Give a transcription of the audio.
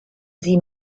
sie